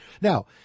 Now